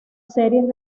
series